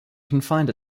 confined